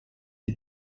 die